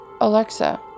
Alexa